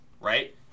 right